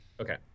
Okay